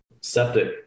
septic